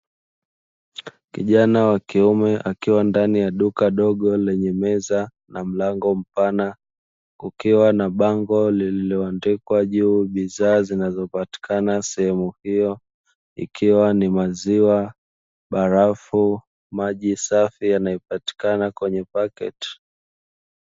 Kijana wa kiume akiwa ndani ya duka dogo lenye meza na mlango mpana kukiwa na bango lililoandikwa juu bidhaa zinazopatikana sehemu hiyo ikiwa ni maziwa, barafu, maji safi yanapatikana kwenye pakiti.